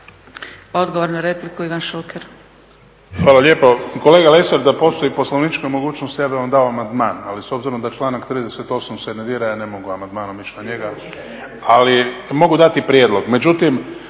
Odgovor na repliku, Ivan Šuker. **Šuker, Ivan (HDZ)** Hvala lijepo. Kolega Lesar, da postoji poslovnička mogućnost, ja bih vam dao amandman, ali s obzirom da članak 38. se ne dira, ja ne mogu amandmanom ići na njega. Ali mogu dati prijedlog.